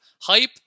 Hype